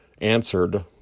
answered